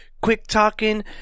quick-talking